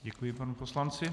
Děkuji panu poslanci.